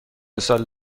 سال